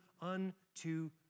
unto